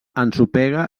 ensopega